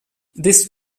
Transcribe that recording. these